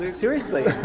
seriously.